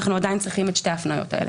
אנחנו עדיין צריכים את שתי ההפניות האלה.